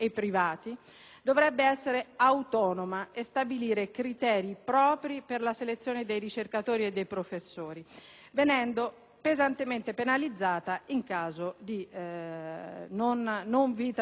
dovrebbe essere autonoma e stabilire criteri propri per la selezione dei ricercatori e dei professori, venendo pesantemente penalizzata in caso di comportamenti